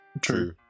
true